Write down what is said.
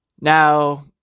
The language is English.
Now